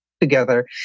together